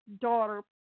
daughter